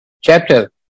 Chapter